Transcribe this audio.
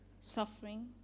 suffering